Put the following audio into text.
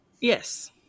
Yes